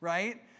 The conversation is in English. right